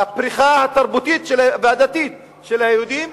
הפריחה התרבותית והדתית של היהודים,